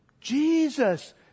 Jesus